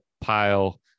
pile